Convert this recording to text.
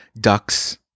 Ducks